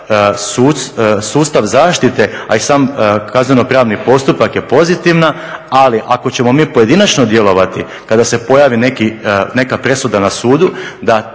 sustav zaštite, a i sam kaznenopravni postupak je pozitivna. Ali ako ćemo mi pojedinačno djelovati kada se pojavi neka presuda na sudu da